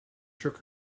shook